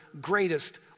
greatest